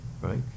right